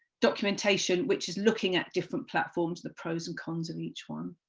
documentation which is looking at different platforms, the pros and cons of each one.